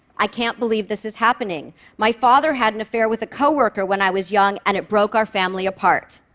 i can't believe this is happening. my father had an affair with a coworker when i was young and it broke our family apart.